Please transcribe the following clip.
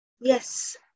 Yes